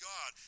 God